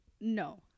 No